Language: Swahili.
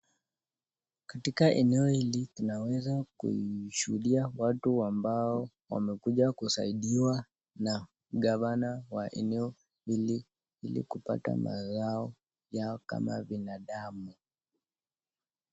Katika eneo hili tunaweza kushuhudia watu ambao wamekuja kusaidiwa na gavana wa eneo hilo, ili kupata mazoa yao kama binadamu.